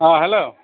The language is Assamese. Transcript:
অ হেল্ল'